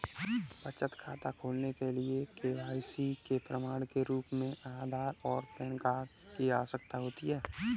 बचत खाता खोलने के लिए के.वाई.सी के प्रमाण के रूप में आधार और पैन कार्ड की आवश्यकता होती है